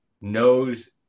knows